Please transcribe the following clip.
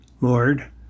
Lord